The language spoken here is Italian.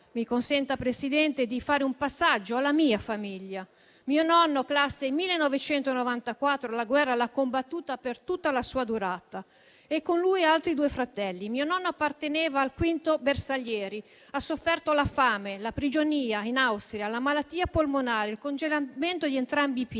mi consenta, signor Presidente, di fare un passaggio con riguardo alla mia famiglia: mio nonno, classe 1894, la guerra l'ha combattuta per tutta la sua durata e con lui altri due fratelli. Mio nonno apparteneva al 5° Bersaglieri, ha sofferto la fame, la prigionia in Austria, la malattia polmonare, il congelamento di entrambi i piedi